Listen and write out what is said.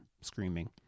screaming